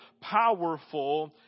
powerful